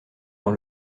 dans